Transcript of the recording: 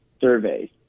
surveys